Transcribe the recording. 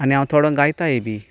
आनी हांव थोडो गायताय बी